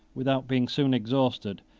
without being soon exhausted,